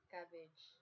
Cabbage